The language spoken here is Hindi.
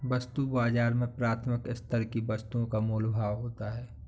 वस्तु बाजार में प्राथमिक स्तर की वस्तुओं का मोल भाव होता है